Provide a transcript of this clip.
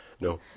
No